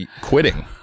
quitting